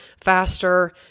faster